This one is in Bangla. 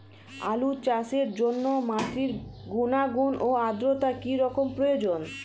আলু চাষের জন্য মাটির গুণাগুণ ও আদ্রতা কী রকম প্রয়োজন?